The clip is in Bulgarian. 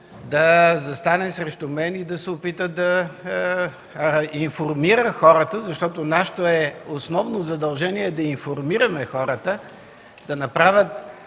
да застане срещу мен и да се опита да информира хората. Защото нашето основно задължение е да информираме хората – да направят